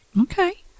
Okay